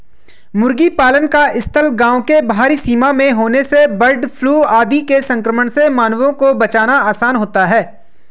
मुर्गी पालन का स्थल गाँव के बाहरी सीमा में होने से बर्डफ्लू आदि के संक्रमण से मानवों को बचाना आसान होता है